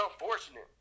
unfortunate